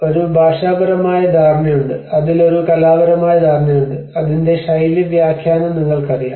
ഒരു ഭാഷാപരമായ ധാരണയുണ്ട് അതിൽ ഒരു കലാപരമായ ധാരണയുണ്ട് അതിന്റെ ശൈലി വ്യാഖ്യാനം നിങ്ങൾക്കറിയാം